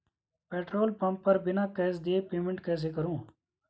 Petrol pump पर बिना cash दिए पेमेंट कैसे करूँ?